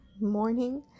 morning